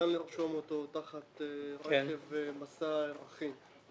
אושר כאן בוועדת הכספים ב-2015,